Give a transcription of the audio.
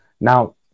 Now